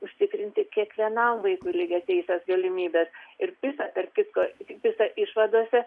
užtikrinti kiekvienam vaikui lygiateises galimybes ir pisa tarp kitko pisa išvadose